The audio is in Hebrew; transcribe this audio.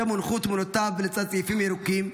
שם הונחו תמונותיו לצד צעיפים ירוקים,